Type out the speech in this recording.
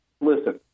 Listen